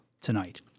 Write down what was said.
tonight